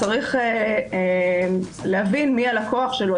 צריך להבין מי הלקוח שלו,